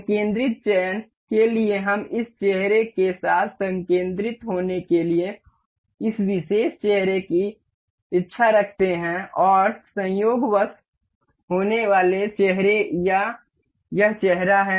संकेंद्रित चयन के लिए हम इस चेहरे के साथ संकेंद्रित होने के लिए इस विशेष चेहरे की इच्छा रखते हैं और संयोगवश होने वाले चेहरे यह चेहरा हैं